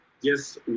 Yes